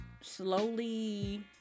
slowly